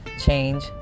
change